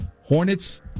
Hornets